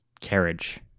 carriage